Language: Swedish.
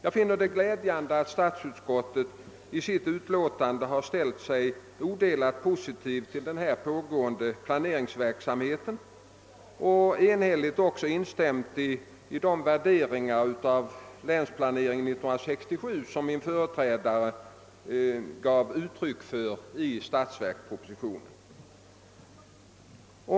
Jag finner det glädjande att statsutskottet i sitt utlåtande ställt sig odelat positivt till den pågående planeringsverksamheten och enhälligt instämt i de värderingar av länsplanering 67 som min företrädare gav uttryck för i statsverkspropositionen.